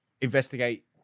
investigate